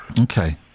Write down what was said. Okay